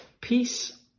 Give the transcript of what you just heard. Peace